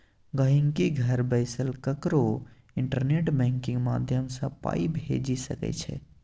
गांहिकी घर बैसल ककरो इंटरनेट बैंकिंग माध्यमसँ पाइ भेजि सकै छै